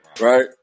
right